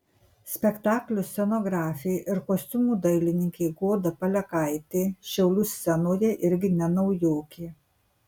spektaklio scenografė ir kostiumų dailininkė goda palekaitė šiaulių scenoje irgi ne naujokė